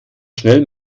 schnell